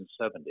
1970